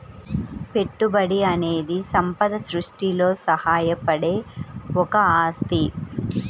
పెట్టుబడి అనేది సంపద సృష్టిలో సహాయపడే ఒక ఆస్తి